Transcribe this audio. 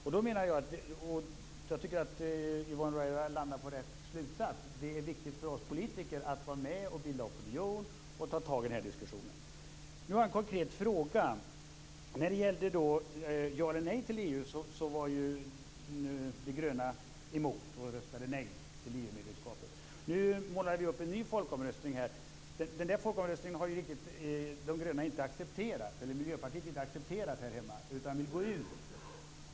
Och jag tycker att Yvonne Ruwaida landar på rätt slutsats: Det är viktigt för oss politiker att vara med och bilda opinion och ta tag i den här diskussionen. Nu har jag en konkret fråga. När det gällde ja eller nej till EU var de gröna emot och röstade nej till EU medlemskapet. Nu målar vi upp en ny folkomröstning här. Den förra folkomröstningen har ju inte de gröna eller Miljöpartiet riktigt accepterat, utan vill gå ur EU.